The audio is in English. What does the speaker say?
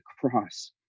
cross